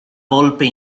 volpe